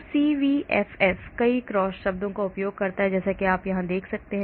तो CVFF कई cross शब्दों का उपयोग करता है जैसा कि आप यहाँ देख सकते हैं